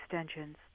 extensions